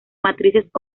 matrices